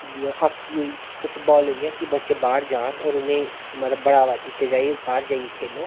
जियां हॉकी होई फुटबॉल होइया की बच्चे बाहर जान होर उनेंगी मतलब बढ़ावा दित्ता जा की बाहर जाइये खेलो